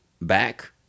back